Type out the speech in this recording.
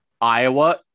Iowa